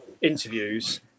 interviews